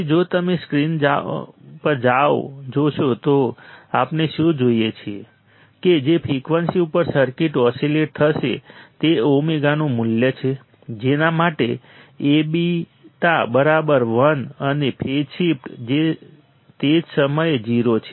તેથી જો તમે સ્ક્રીન જોશો તો આપણે શું જોઈએ છીએ કે જે ફ્રિકવન્સી ઉપર સર્કિટ ઓસીલેટ થશે તે ઓમેગાનું મૂલ્ય છે જેના માટે Aβ1 અને ફેઝ શિફ્ટ તે જ સમયે 0 છે